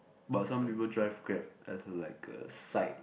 but some people drive grab as a like a side